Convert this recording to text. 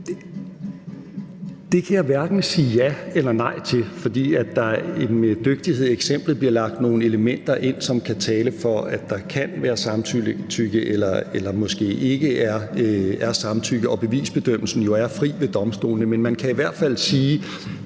Det kan jeg hverken sige ja eller nej til, fordi der med dygtighed i eksemplet bliver lagt nogle elementer ind, som kan tale for, at der kan være samtykke, eller for at der måske ikke er samtykke. Og bevisbedømmelsen er jo fri ved domstolene. Men man kan i hvert fald sige,